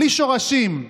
בלי שורשים,